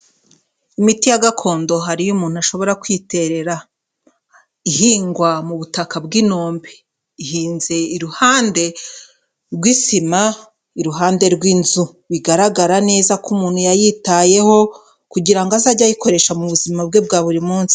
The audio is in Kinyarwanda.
Imiti ya gakondo hari iyo umuntu ashobora kwiterera. Ihingwa mu butaka bw'inombe. Ihinze iruhande rw'isima, iruhande rw'inzu. Bigaragara neza ko umuntu yayitayeho, kugira ngo azajye ayikoresha mu buzima bwe bwa buri munsi.